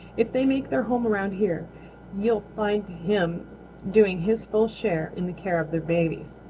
if they make their home around here you'll find him doing his full share in the care of their babies.